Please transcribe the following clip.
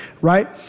Right